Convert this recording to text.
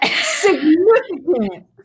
Significant